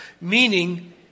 meaning